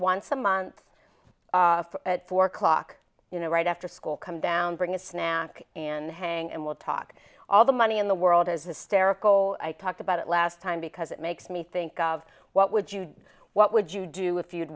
once a month at four o'clock you know right after school come down bring a snack and hang and we'll talk all the money in the world is hysterical i talked about it last time because it makes me think of what would you do what would you do if you'd